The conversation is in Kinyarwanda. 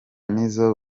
nizzo